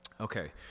Okay